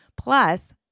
plus